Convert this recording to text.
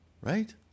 Right